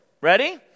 Ready